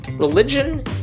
Religion